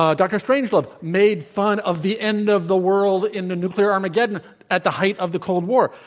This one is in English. ah dr. strangelove, made fun of the end of the world in the nuclear armageddon at the height of the cold war.